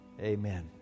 Amen